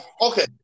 Okay